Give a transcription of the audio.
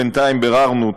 בינתיים ביררנו,